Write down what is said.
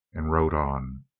and rode on.